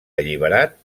alliberat